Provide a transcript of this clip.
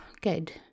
good